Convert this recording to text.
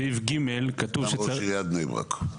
סגן ראש עיריית בני ברק.